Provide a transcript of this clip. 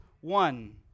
one